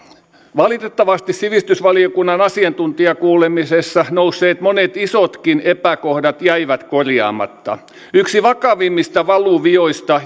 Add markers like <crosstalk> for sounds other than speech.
valitettavasti sivistysvaliokunnan asiantuntijakuulemisessa nousseet monet isotkin epäkohdat jäivät korjaamatta yksi vakavimmista valuvioista <unintelligible>